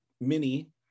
mini